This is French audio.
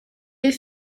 les